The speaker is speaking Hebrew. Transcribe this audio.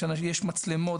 יש מצלמות,